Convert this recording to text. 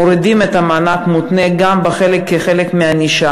מורידים את המענק המותנה כחלק מענישה.